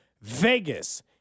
Vegas